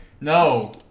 No